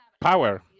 power